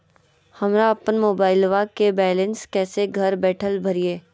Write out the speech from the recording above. हमरा अपन मोबाइलबा के बैलेंस कैसे घर बैठल भरिए?